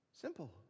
Simple